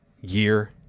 year